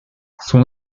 son